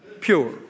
Pure